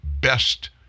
best